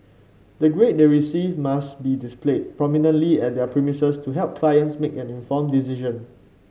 the grade they receive must be displayed prominently at their premises to help clients make an informed decision